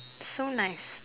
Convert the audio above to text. so nice